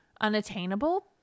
unattainable